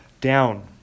down